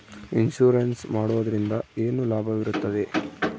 Insurance ಮಾಡೋದ್ರಿಂದ ಏನು ಲಾಭವಿರುತ್ತದೆ?